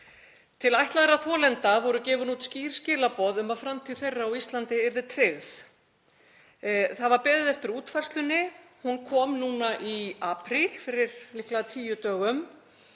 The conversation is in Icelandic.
Til ætlaðra þolenda voru gefin út skýr skilaboð um að framtíð þeirra á Íslandi yrði tryggð. Það var beðið eftir útfærslunni. Hún kom núna í apríl, fyrir líklega tíu dögum.